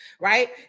right